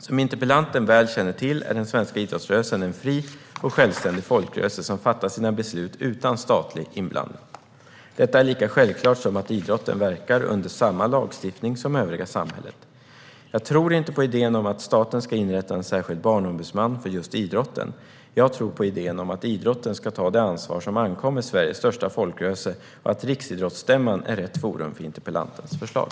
Som interpellanten väl känner till är den svenska idrottsrörelsen en fri och självständig folkrörelse som fattar sina beslut utan statlig inblandning. Detta är lika självklart som att idrotten verkar under samma lagstiftning som övriga samhället. Jag tror inte på idén om att staten ska inrätta en särskild barnombudsman för just idrotten. Jag tror på idén om att idrotten ska ta det ansvar som ankommer Sveriges största folkrörelse och att Riksidrottsstämman är rätt forum för interpellantens förslag.